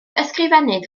ysgrifennydd